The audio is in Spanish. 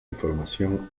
información